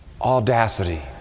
audacity